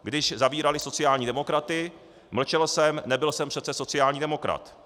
Když zavírali sociální demokraty, mlčel jsem, nebyl jsem přece sociální demokrat.